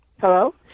Hello